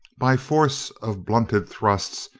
by force of blunted thrusts,